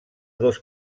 dos